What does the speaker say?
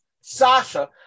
Sasha